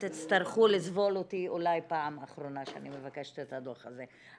תצטרכו לסבול אותי אולי פעם אחרונה שאני מבקשת את הדוח הזה.